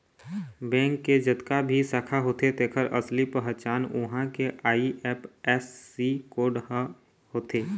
bank के जतका भी शाखा होथे तेखर असली पहचान उहां के आई.एफ.एस.सी कोड ह होथे